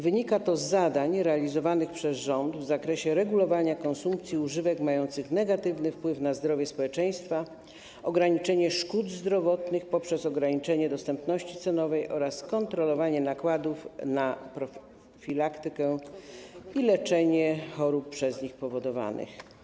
Wynika to z zadań realizowanych przez rząd w zakresie regulowania konsumpcji używek mających negatywny wpływ na zdrowie społeczeństwa, ograniczenia szkód zdrowotnych poprzez ograniczenie dostępności cenowej oraz kontrolowania nakładów na profilaktykę i leczenie chorób przez nich powodowanych.